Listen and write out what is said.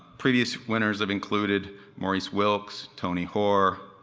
previous winners have included maurice wilkes, tony hoare,